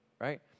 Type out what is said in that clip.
right